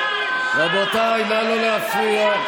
רבותיי, נא לא להפריע.